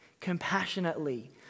compassionately